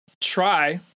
try